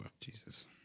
Jesus